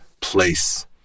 Place